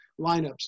lineups